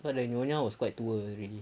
but the nyonya was quite tua already